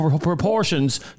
proportions